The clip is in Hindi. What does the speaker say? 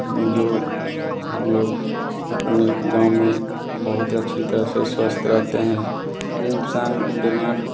जो हम लोग अपने गाँव में बहुत अच्छी तरह से स्वस्थ रहते हैं और इंसान बीमारी